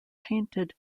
painted